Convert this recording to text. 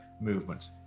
movement